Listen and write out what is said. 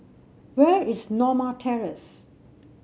where is Norma Terrace